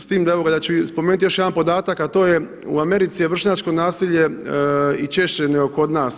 S tim da ću spomenuti i još jedan podatak, a to je, u Americi je vršnjačko nasilje i češće nego kod nas.